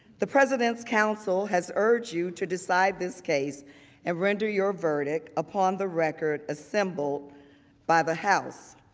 the president's counsel has urged you to decide this case and render your verdict upon the record assembled by the house.